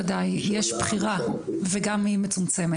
וודאי, יש בחירה וגם היא מצומצמת.